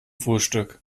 frühstück